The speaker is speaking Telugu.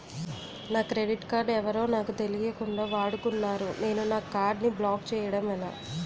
నా క్రెడిట్ కార్డ్ ఎవరో నాకు తెలియకుండా వాడుకున్నారు నేను నా కార్డ్ ని బ్లాక్ చేయడం ఎలా?